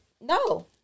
no